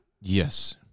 Yes